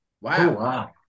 Wow